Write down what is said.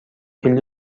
کلید